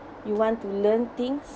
you want to learn things